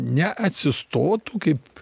neatsistotų kaip